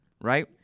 right